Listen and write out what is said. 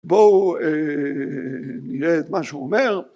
בואו נראה את מה שהוא אומר